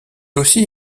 aussi